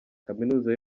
kaminuza